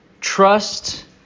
Trust